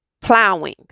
plowing